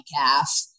calf